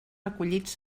recollits